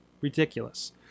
ridiculous